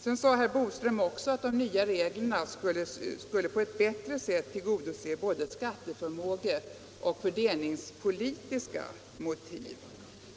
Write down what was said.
Sedan sade herr Boström också att de nya reglerna på ett bättre sätt skulle tillgodose både skatteförmågeprincipen och fördelningspolitiska synpunkter på beskattningen.